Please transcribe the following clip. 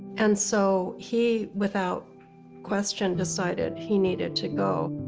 and so he, without question, decided he needed to go.